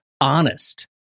honest